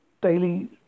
daily